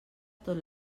tot